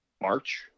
March